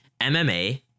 MMA